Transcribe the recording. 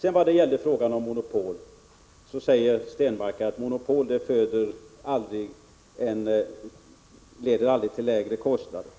Per Stenmarck säger att monopol aldrig leder till lägre kostnader.